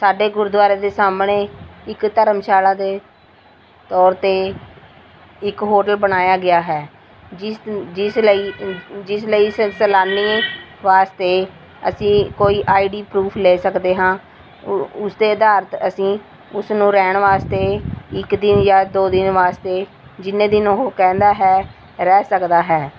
ਸਾਡੇ ਗੁਰਦੁਆਰੇ ਦੇ ਸਾਹਮਣੇ ਇੱਕ ਧਰਮਸ਼ਾਲਾ ਦੇ ਤੌਰ 'ਤੇ ਇੱਕ ਹੋਟਲ ਬਣਾਇਆ ਗਿਆ ਹੈ ਜਿਸ ਜਿਸ ਲਈ ਜਿਸ ਲਈ ਸੈ ਸੈਲਾਨੀ ਵਾਸਤੇ ਅਸੀਂ ਕੋਈ ਆਈ ਡੀ ਪਰੂਫ ਲੈ ਸਕਦੇ ਹਾਂ ਉ ਉਸ ਦੇ ਆਧਾਰ 'ਤੇ ਅਸੀਂ ਉਸ ਨੂੁੰ ਰਹਿਣ ਵਾਸਤੇ ਇੱਕ ਦਿਨ ਜਾਂ ਦੋ ਦਿਨ ਵਾਸਤੇ ਜਿੰਨੇ ਦਿਨ ਉਹ ਕਹਿੰਦਾ ਹੈ ਰਹਿ ਸਕਦਾ ਹੈ